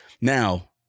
Now